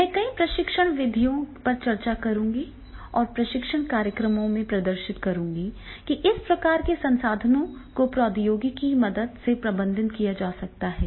मैं कई प्रशिक्षण विधियों पर चर्चा करूंगा और प्रशिक्षण कार्यक्रमों में प्रदर्शित करूंगा कि इस प्रकार के संसाधनों को प्रौद्योगिकी की मदद से प्रबंधित किया जा सकता है